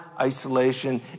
isolation